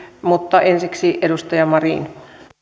ensiksi edustaja marin